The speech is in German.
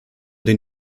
den